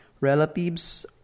relatives